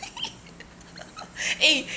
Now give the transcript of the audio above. eh